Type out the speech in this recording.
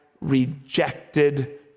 rejected